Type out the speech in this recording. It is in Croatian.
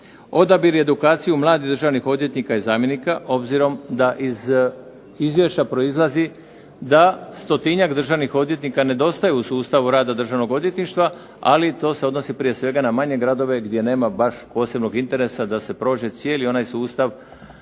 odabir i edukaciju mladih državnih odvjetnika i zamjenika, obzirom da iz izvješća proizlazi da stotinjak državnih odvjetnika nedostaje u sustavu rada Državnog odvjetništva, ali to se odnosi prije svega na manje gradove, gdje nema baš posebnog interesa da se prođe cijeli onaj sustav